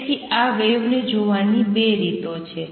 તેથી આ વેવને જોવાની ૨ રીતો છે